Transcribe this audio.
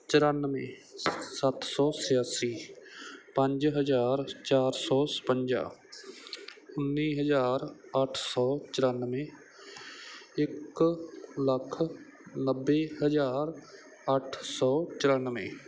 ਚੁਰਾਨਵੇਂ ਸੱਤ ਸੌ ਛਿਆਸੀ ਪੰਜ ਹਜ਼ਾਰ ਚਾਰ ਸੌ ਛਪੰਜਾ ਉੱਨੀ ਹਜ਼ਾਰ ਅੱਠ ਸੌ ਚੁਰਾਨਵੇਂ ਇੱਕ ਲੱਖ ਨੱਬੇ ਹਜ਼ਾਰ ਅੱਠ ਸੌ ਚੁਰਾਨਵੇਂ